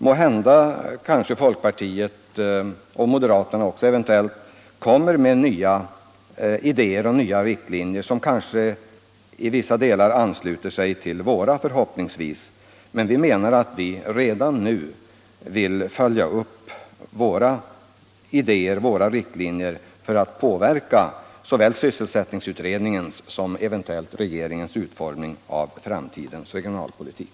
Måhända kommer folkpartiet och eventuellt också moderata samlingspartiet senare med nya idéer och riktlinjer som till vissa delar, förhoppningsvis, ansluter sig till våra. Men vi vill redan nu framföra våra förslag till riktlinjer för att påverka såväl sysselsättningsutredningen som eventuellt regeringens utformning av framtidens regionalpolitik: